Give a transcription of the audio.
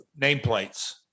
nameplates